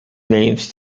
names